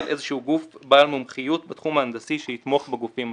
איזשהו גוף בעל מומחיות בתחום ההנדסי שיתמוך בגופים השונים.